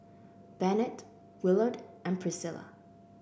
Bennett Willard and Priscila